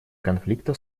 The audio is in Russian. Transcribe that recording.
конфликта